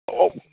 ஓ